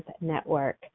Network